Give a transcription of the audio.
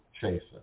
Chaser